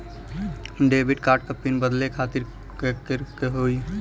Debit card क pin बदले खातिर का करेके होई?